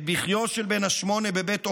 את בכיו של בן השמונה בבית אומר,